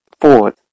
fourth